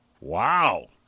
Wow